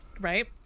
Right